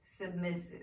submissive